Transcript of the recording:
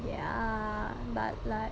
ya but like